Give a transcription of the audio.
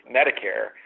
Medicare